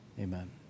amen